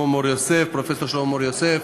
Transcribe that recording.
פרופסור שלמה מור-יוסף,